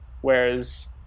Whereas